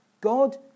God